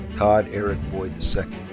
todd eric boyd